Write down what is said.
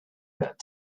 that